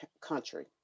country